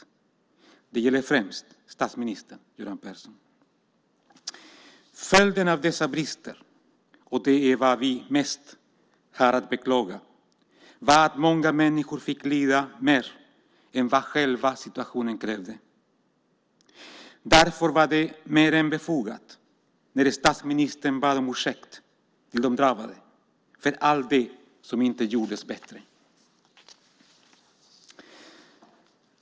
Detta gäller främst dåvarande statsministern Göran Persson. Följden av dessa brister, och det är vad vi mest har att beklaga, var att många människor fick lida mer än vad själva situationen krävde. Därför var det mer än befogat när statsministern bad de drabbade om ursäkt för allt det som inte gjordes bättre.